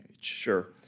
Sure